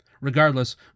Regardless